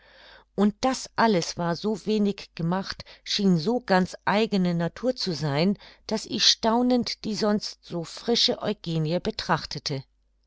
und das alles war so wenig gemacht schien so ganz eigene natur zu sein daß ich staunend die sonst so frische eugenie betrachtete